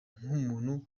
k’umuntu